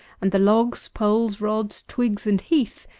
and the logs, poles, rods, twigs, and heath,